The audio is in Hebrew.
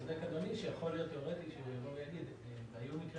שיכול להיות תיאורטית שיבוא ויגיד, והיו מקרים.